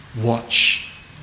watch